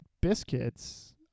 biscuits